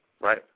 right